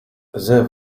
there